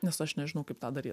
nes aš nežinau kaip tą daryt